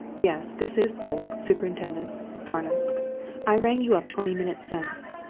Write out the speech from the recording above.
yes this is polke, superintendent, scarnham i rang you up twenty minutes since.